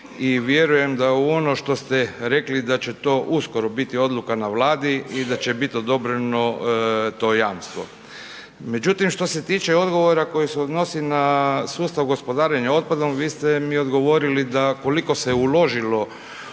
i vjerujem da u ono što ste rekli, da će to uskoro biti odluka na Vladi i da će biti odobreno to jamstvo. Međutim, što se tiče odgovora koji se odnosi na sustav gospodarenja otpadom, vi ste mi odgovorili da ukoliko se uložilo